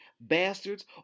bastards